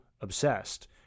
obsessed